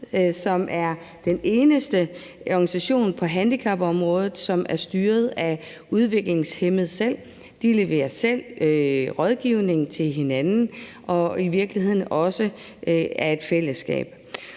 som er den eneste organisation på handicapområdet, som er styret af udviklingshæmmede selv. De leverer selv rådgivning til hinanden og er i virkeligheden også et fællesskab.